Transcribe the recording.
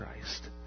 Christ